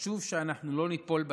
וחשוב שאנחנו לא ניפול בהן.